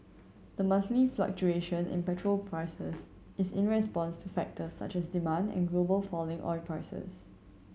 the monthly fluctuation in petrol prices is in response to factors such as demand and global falling oil prices